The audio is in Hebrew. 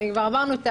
כבר הבהרנו.